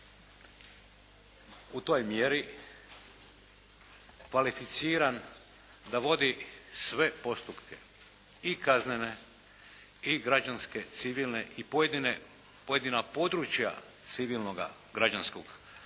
u toj mjeri kvalificiran da vodi sve postupke i kaznene i građanske, civilne i pojedine, pojedina područja civilnoga građanskog sudovanja